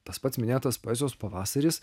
tas pats minėtas poezijos pavasaris